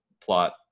plot